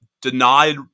denied